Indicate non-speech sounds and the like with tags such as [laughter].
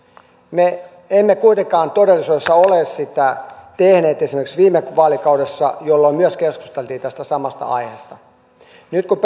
me emme kuitenkaan todellisuudessa ole sitä tehneet esimerkiksi viime vaalikaudella jolloin myös keskusteltiin tästä samasta aiheesta nyt kun [unintelligible]